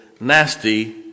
nasty